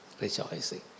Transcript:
rejoicing